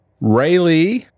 Rayleigh